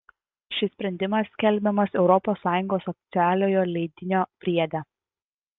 šis sprendimas skelbiamas europos sąjungos oficialiojo leidinio priede